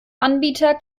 anbieter